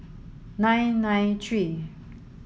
nine nine three